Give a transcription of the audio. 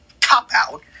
cop-out